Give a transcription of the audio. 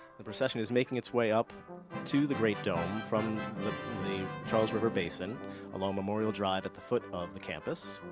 the procession is making its way up to the great dome from the charles river basin along memorial drive at the foot of the campus.